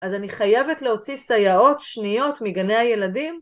אז אני חייבת להוציא סייעות שניות מגני הילדים?